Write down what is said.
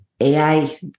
AI